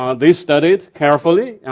um they studied carefully,